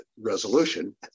resolution